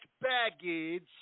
baggage